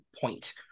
point